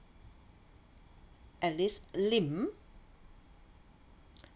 alice lim